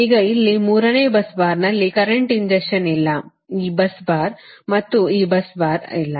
ಈಗ ಇಲ್ಲಿ ಮೂರನೇ bus ಬಾರ್ನಲ್ಲಿ ಕರೆಂಟ್ ಇಂಜೆಕ್ಷನ್ ಇಲ್ಲ ಈ bus ಬಾರ್ ಮತ್ತು ಈ bus ಬಾರ್ ಇಲ್ಲ